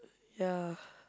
ya